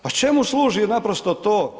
Pa čemu služi naprosto to?